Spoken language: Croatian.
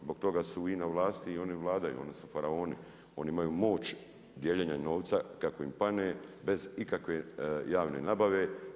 Zbog toga su i na vlasti i oni vladaju, oni su faraoni, oni imaju moć dijeljenja novca kako im pane bez ikakve javne nabave.